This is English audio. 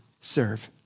serve